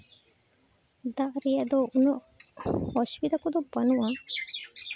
ᱫᱟᱜ ᱨᱮᱭᱟᱜ ᱫᱚ ᱩᱱᱟᱹᱜ ᱩᱱᱟᱹᱜ ᱚᱥᱩᱵᱤᱫᱷᱟ ᱠᱚᱫᱚ ᱵᱟᱹᱱᱩᱜᱼᱟ